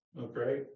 Okay